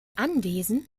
anwesen